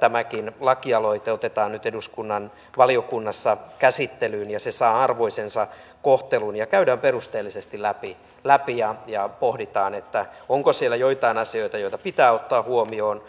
tämäkin lakialoite otetaan nyt eduskunnan valiokunnassa käsittelyyn ja se saa arvoisensa kohtelun ja käydään perusteellisesti läpi ja pohditaan onko siellä joitain asioita joita pitää ottaa huomioon